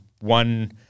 one